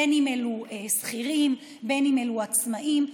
בין שאלו שכירים ובין שאלו עצמאים,